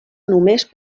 només